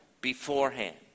beforehand